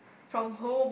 from home